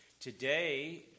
today